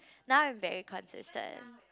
now I'm very consistent